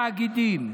ובתאגידים.